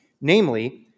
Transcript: Namely